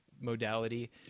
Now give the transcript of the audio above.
modality